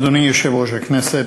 אדוני יושב-ראש הכנסת,